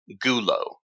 Gulo